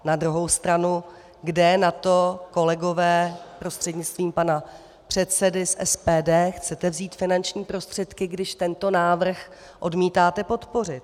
Na druhou stranu kde na to, kolegové, prostřednictvím pana předsedy z SPD, chcete vzít finanční prostředky, když tento návrh odmítáte podpořit?